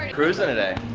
cruising today.